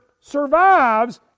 survives